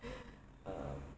um